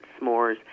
s'mores